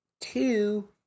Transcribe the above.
Two